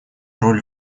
роль